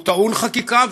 הוא טעון חקיקה,